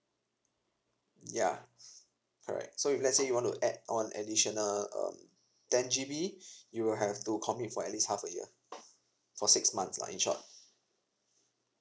yeah correct so if let's say you want to add on additional um ten G_B you will have to commit for at least half a year for six months lah in short